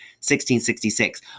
1666